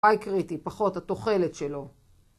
איי קריטי, פחות התוחלת שלו